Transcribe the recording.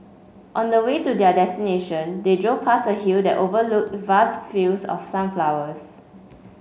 on the way to their destination they drove past a hill that overlooked vast fields of sunflowers